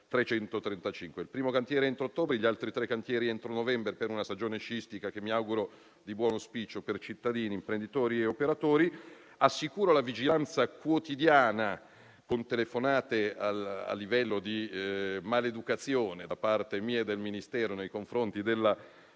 Il primo cantiere entro ottobre e gli altri tre cantieri entro novembre, per una stagione sciistica che mi auguro di buon auspicio per cittadini, imprenditori e operatori. Assicuro la vigilanza quotidiana, con telefonate a livello di maleducazione da parte mia e del Ministero nei confronti della